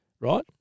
right